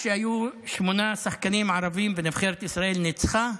כשהיו שמונה שחקנים ערבים ונבחרת ישראל ניצחה?